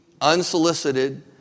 unsolicited